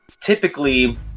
typically